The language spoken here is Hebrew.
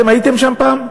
אתם הייתם שם פעם?